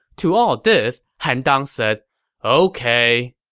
to all this, han dang said ok,